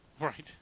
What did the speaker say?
right